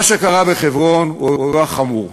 מה שקרה בחברון הוא אירוע חמור,